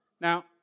Now